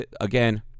Again